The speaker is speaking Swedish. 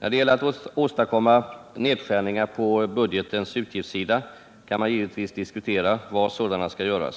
När det gäller att åstadkomma nedskärningar på budgetens utgiftssida, kan man givetvis diskutera var sådana skall göras.